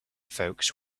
folks